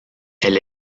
elle